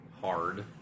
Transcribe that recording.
hard